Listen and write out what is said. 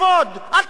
אל תכפו עלינו.